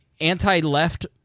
anti-left